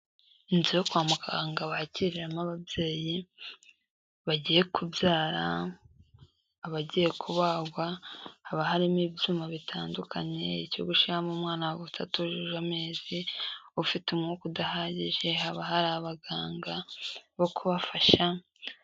Inzu yo kwa muganga bakiriramo ababyeyi bagiye kubyara, abagiye kubagwa, haba harimo ibyuma bitandukanye icyo gushyiramo umwana atatujuje amezi, ufite umwuka udahagije, haba hari abaganga bo kubafasha...